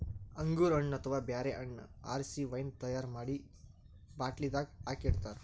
ಅಂಗೂರ್ ಹಣ್ಣ್ ಅಥವಾ ಬ್ಯಾರೆ ಹಣ್ಣ್ ಆರಸಿ ವೈನ್ ತೈಯಾರ್ ಮಾಡಿ ಬಾಟ್ಲಿದಾಗ್ ಹಾಕಿ ಇಡ್ತಾರ